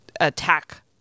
attack